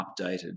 updated